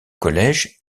collège